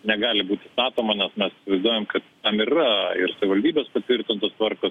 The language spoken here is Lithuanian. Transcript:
negali būti statoma nes mes įsivaizduojam kad tam ir yra ir savivaldybės patvirtintos tvarkos